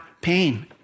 pain